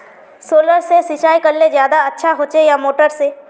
Solar से सिंचाई करले ज्यादा अच्छा होचे या मोटर से?